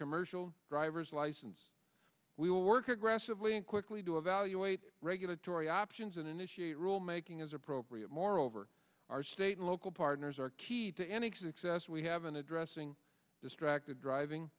commercial driver's license we will work aggressively and quickly to evaluate regulatory options and initiate rulemaking as appropriate moreover our state and local partners are key to any success we have in addressing distracted driving